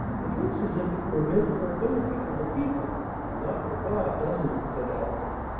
it looks as if it were meant for a benefit for the people and not for god, doesn't it? said allison,